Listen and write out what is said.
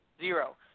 zero